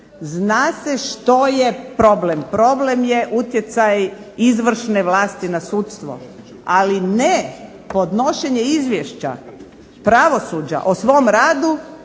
Zna se što je problem, problem je utjecaj izvršne vlasti na sudstvo, ali i nepodnošenje izvješća pravosuđa o svom radu